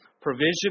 provision